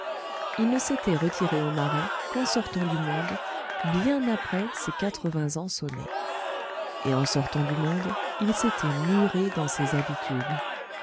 il ne s'était retiré au marais qu'en sortant du monde bien après ses quatre-vingts ans sonnés et en sortant du monde il s'était muré dans ses habitudes